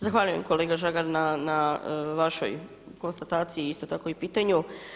Zahvaljujem kolega Žagar na vašoj konstataciji i isto tako i pitanju.